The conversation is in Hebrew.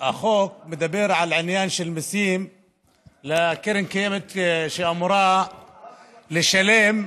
החוק מדבר על מיסים שהקרן הקיימת אמורה לשלם,